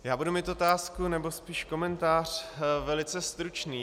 Já budu mít otázku, nebo spíš komentář velice stručný.